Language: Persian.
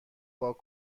پاک